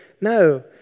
No